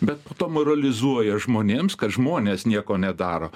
bet po to moralizuoja žmonėms kad žmonės nieko nedaro